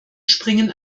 springen